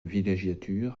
villégiature